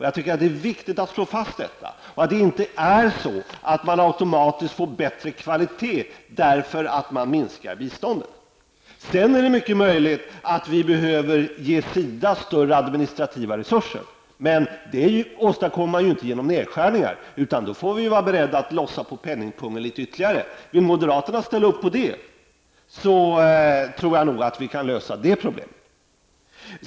Jag tycker att det är viktigt att slå fast detta och att man inte automatiskt får bättre kvalitet därför att man minskar biståndet. Sedan är det mycket möjligt att vi behöver ge SIDA större administrativa resurser. Men det åstadkommer man ju inte genom nedskärningar, utan då får vi vara beredda att lossa på penningpungen litet mer. Om moderaterna vill ställa upp på det tror jag nog att vi kan lösa detta problem.